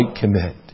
commit